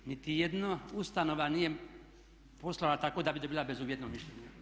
Niti jedna ustanova nije poslovala tako da bi dobila bezuvjetno mišljenje.